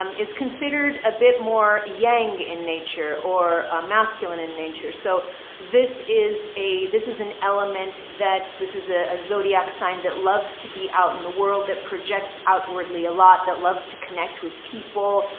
um is considered a bit more yang in nature or a masculine in nature. so this is a, this is an element that this is a a zodiac sign that loves to be out in the world. that projects outwardly a lot that loves to connect with people,